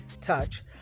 touch